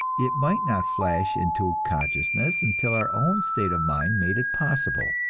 it might not flash into consciousness until our own state of mind made it possible.